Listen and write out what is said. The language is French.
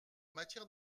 matière